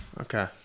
Okay